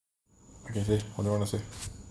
okay say what do you wanna say